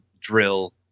drill